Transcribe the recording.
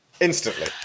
Instantly